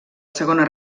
segona